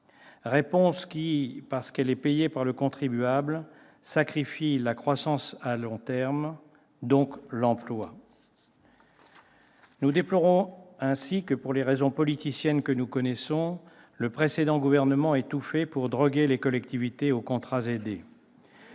réponse qui, parce qu'elle est payée par le contribuable, sacrifie la croissance à long terme, et donc l'emploi. Nous déplorons ainsi que, pour les raisons politiciennes que nous connaissons, le précédent gouvernement ait tout fait pour droguer les collectivités aux contrats aidés.